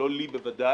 לא לי בוודאי.